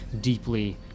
deeply